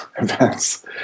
events